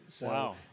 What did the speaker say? Wow